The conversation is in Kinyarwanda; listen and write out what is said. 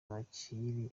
abakiri